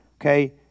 Okay